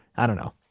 i don't know,